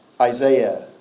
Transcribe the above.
Isaiah